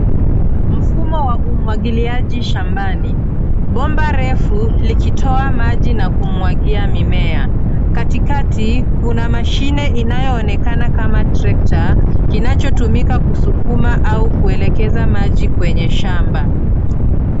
Mfumo wa umwagiliaji shambani. Bomba refu likitoa maji na kumwagia mimea. Katikati kuna mashine inayoonekana kama trekta kinachotumika kusukuma au kuelekeza maji kwenye shamba.